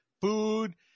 food